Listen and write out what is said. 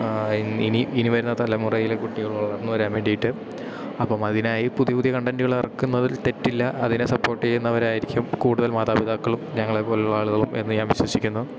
ഇനി ഇനി വരുന്ന തലമുറയിലെ കുട്ടികൾ വളർന്നു വരാൻ വേണ്ടിയിട്ട് അപ്പം അതിനായി പുതിയ പുതിയ കണ്ടൻ്റുകളിറക്കുന്നതിൽ തെറ്റില്ല അതിനെ സപ്പോർട്ട് ചെയ്യുന്നവരായിരിക്കും കൂടുതൽ മാതാപിതാക്കളും ഞങ്ങളെപ്പോലെയുള്ള ആളുകളും എന്നു ഞാൻ വിശ്വസിക്കുന്നു